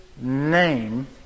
name